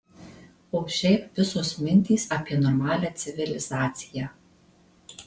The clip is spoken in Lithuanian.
o šiaip visos mintys apie normalią civilizaciją